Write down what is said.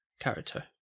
character